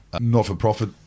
not-for-profit